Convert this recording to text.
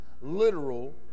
literal